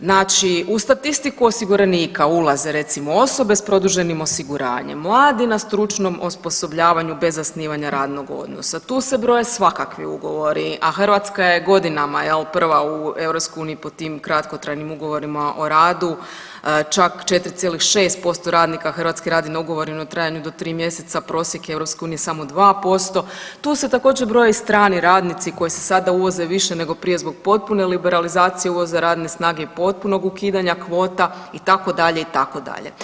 Znači u statistiku osiguranika ulaze, recimo, osobe s produženim osiguranjem, mladi na stručnom osposobljavanju bez zasnivanja radnog odnosa, tu se broje svakakvi ugovori, a Hrvatska je godinama, je li, prva u EU po tim kratkotrajnim ugovorima o radu, čak 4,6% radnika Hrvatske radi na ugovoru u trajanju od 3 mjeseca, prosjek EU je samo 2%, tu se također, broje i strani radnici koji se sada uvoze više nego prije zbog potpune liberalizacije uvoza radne snage i potpunog ukidanja kvota, itd., itd.